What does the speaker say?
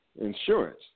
insurance